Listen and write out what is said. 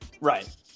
Right